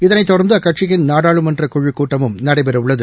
இதனைத் தொடா்ந்து அக்கட்சியின் நாடாளுமன்றக் குழுக் கூட்டமும் நடைபெறவுள்ளது